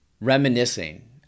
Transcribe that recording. reminiscing